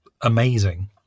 amazing